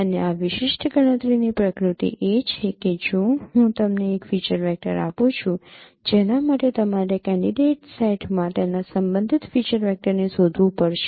અને આ વિશિષ્ટ ગણતરીની પ્રકૃતિ એ છે કે જો હું તમને એક ફીચર વેક્ટર આપું છું જેના માટે તમારે કેન્ડિડેટ સેટમાં તેના સંબંધિત ફીક્ટર વેક્ટરને શોધવું પડશે